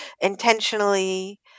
intentionally